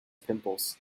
pimples